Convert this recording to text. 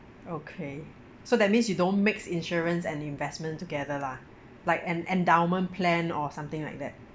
okay so that means you don't mix insurance and investment together lah like an endowment plan or something like that